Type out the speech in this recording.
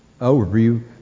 overview